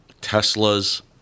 Tesla's